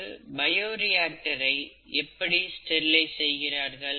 ஒரு பயோரியாக்டரை எப்படி ஸ்டெரிலைஸ் செய்கிறார்கள்